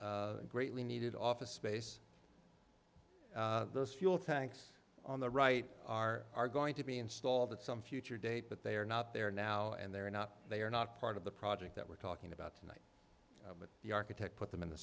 some greatly needed office space those fuel tanks on the right are are going to be installed at some future date but they are not there now and they're not they are not part of the project that we're talking about tonight but the architect put them in the